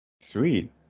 Sweet